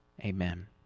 amen